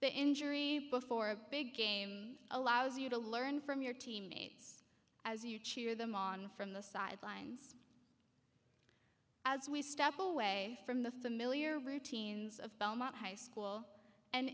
the injury before a big game allows you to learn from your teammates as you cheer them on from the sidelines as we step away from the the mill year routines of belmont high school and